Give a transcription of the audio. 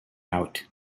out